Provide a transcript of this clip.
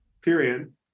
period